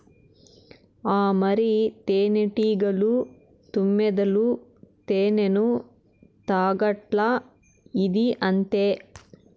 ఆ మరి, తేనెటీగలు, తుమ్మెదలు తేనెను తాగట్లా, ఇదీ అంతే